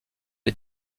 les